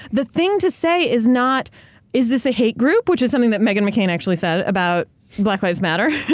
the thing to say is not is this a hate group, which is something that megan mccain actually said about black lives matter.